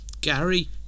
Gary